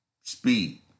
speed